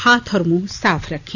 हाथ और मुंह साफ रखें